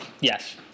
Yes